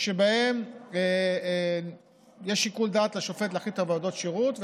שבהן יש שיקול דעת לשופט להחליט על עבודות שירות,